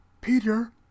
Peter